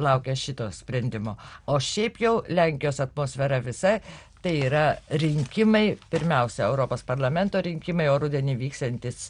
laukia šito sprendimo o šiaip jau lenkijos atmosfera visa tai yra rinkimai pirmiausia europos parlamento rinkimai o rudenį vyksiantys